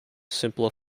simpler